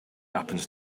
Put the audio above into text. happens